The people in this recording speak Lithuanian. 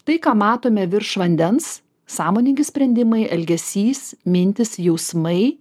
tai ką matome virš vandens sąmoningi sprendimai elgesys mintys jausmai